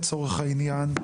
לצורך העניין,